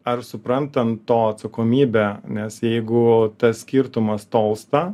ar suprantam to atsakomybę nes jeigu tas skirtumas tolsta